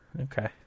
Okay